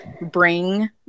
bring